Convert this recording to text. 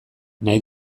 nahi